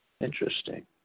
Interesting